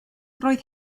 roedd